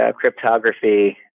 cryptography